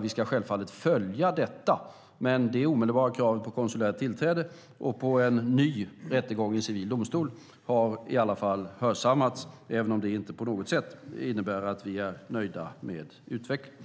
Vi ska självfallet följa detta, men det omedelbara kravet på konsulärt tillträde och på en ny rättegång i civil domstol har i alla fall hörsammats även om det inte på något sätt innebär att vi är nöjda med utvecklingen.